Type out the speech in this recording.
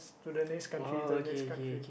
to the next country to the next country